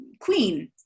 Queen